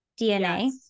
DNA